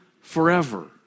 forever